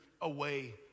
away